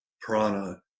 prana